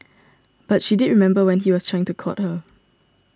but she did remember when he was trying to court her